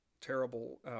terrible